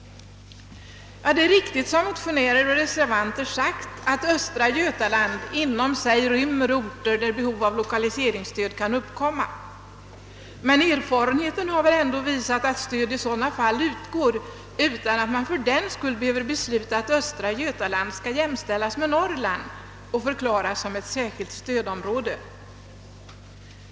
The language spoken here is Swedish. Det är riktigt som motionärer och reservanter har sagt att östra Götaland inom sig rymmer orter där behov av lokaliseringsstöd kan uppkomma. Men erfarenheten har väl ändå visat att stöd i sådana fall utgår utan att man fördenskull behöver besluta att östra Götaland skall jämställas med Norrland och förklaras som ett särskilt stödom råde.